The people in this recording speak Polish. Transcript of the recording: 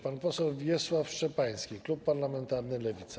Pan poseł Wiesław Szczepański, klub parlamentarny Lewica.